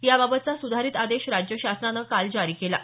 याबाबतचा सुधारित आदेश राज्य शासनानं जारी केला आहे